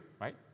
right